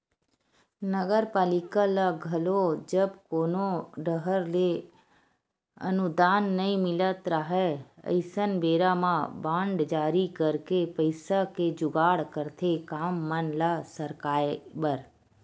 नगरपालिका ल घलो जब कोनो डाहर ले अनुदान नई मिलत राहय अइसन बेरा म बांड जारी करके पइसा के जुगाड़ करथे काम मन ल सरकाय बर